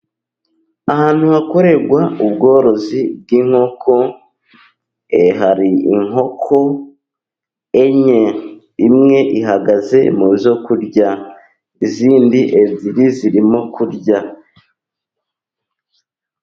Ahantu hakorerwa ubworozi bw'inkoko hari inkoko enye. Imwe ihagaze mu zo kurya, izindi ebyiri zirimo kurya.